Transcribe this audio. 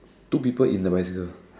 two people in the bicycle